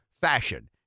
fashion